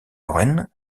lauren